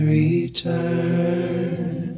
return